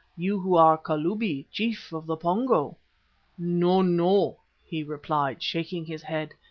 you who are kalubi, chief of the pongo no, no he replied, shaking his head.